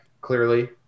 clearly